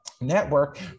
network